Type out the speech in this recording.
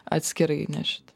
atskirai nešite